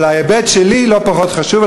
אבל ההיבט שלי לא פחות חשוב,